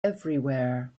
everywhere